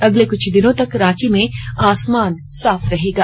अगले कुछ दिनों तक रांची में आसमान साफ रहेगा